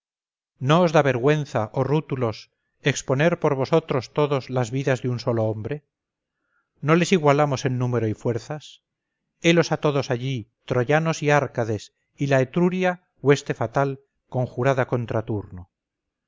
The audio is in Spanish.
os da vergüenza oh rútulos exponer por vosotros todos las vida de un solo hombre no les igualamos en número y fuerzas helos a todos allí troyanos y árcades y la etruria hueste fatal conjurada contra turno